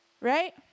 Right